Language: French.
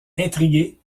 intrigué